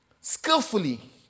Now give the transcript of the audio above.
skillfully